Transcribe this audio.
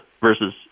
versus